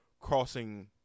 crossing